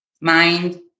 Mind